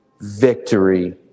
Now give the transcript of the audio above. victory